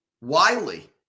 Wiley